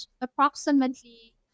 approximately